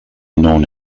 non